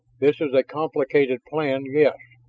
this is a complicated plan, yes,